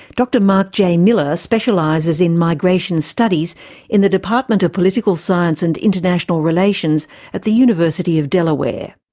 dr mark j. miller specialises in migration studies in the department of political science and international relations at the university of delaware.